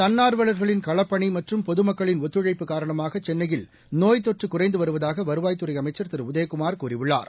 தன்னா்வலர்களின் களப்பணி மற்றும் பொதுமக்களின் ஒத்துழைப்பு காரணமாக சென்னையில் நோய் தொற்று குறைந்து வருவதாக வருவாய்த்துறை அமைச்சர் திரு உதயகுமார் கூறியுள்ளார்